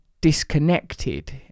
disconnected